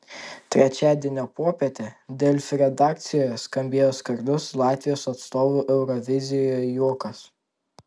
trečiadienio popietę delfi redakcijoje skambėjo skardus latvijos atstovų eurovizijoje juokas